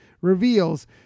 reveals